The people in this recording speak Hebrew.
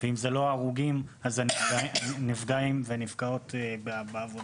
ואם זה לא הרוגים אז זה נפגעים ונפגעות בעבודה.